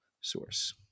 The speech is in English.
source